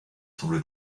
semble